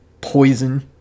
poison